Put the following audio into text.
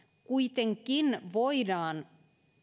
kuitenkin voidaan